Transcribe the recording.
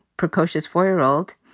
precocious four-year-old,